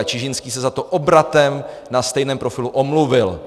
Čižinský se za to obratem na stejném profilu omluvil.